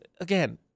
again